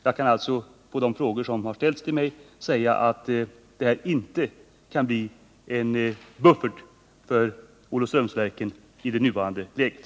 Jag kan alltså på de frågor som har ställts till mig svara att denna tillverkning inte kan bli en buffert för Olofströmsverken i det nuvarande läget.